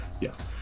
Yes